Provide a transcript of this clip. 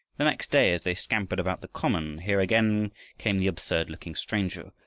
the next day, as they scampered about the common, here again came the absurd-looking stranger,